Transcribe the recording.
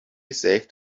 saved